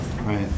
right